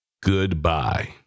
Goodbye